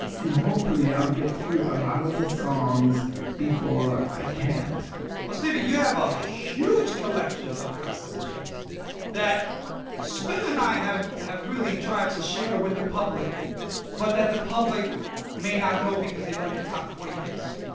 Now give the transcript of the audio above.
and hopefully, i'll get through a lot of the songs before i can't well, stevie, you have a huge collection of compositions that spin and i have have really tried to share with the public but that the public may not know because they know your top forty hits.